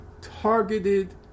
targeted